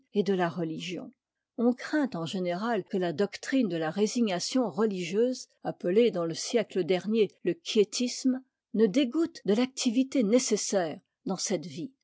et de la religion on craint en général que la doctrine de a résignation religieuse appelée dans le siècle dernier le quiétisme ne dégoûte de l'activité nécessaire dans cette vie